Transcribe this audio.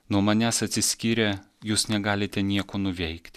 nuo manęs atsiskyrę jūs negalite nieko nuveikt